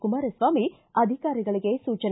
ಕುಮಾರಸ್ನಾಮಿ ಅಧಿಕಾರಿಗಳಿಗೆ ಸೂಚನೆ